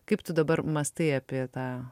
kaip tu dabar mąstai apie tą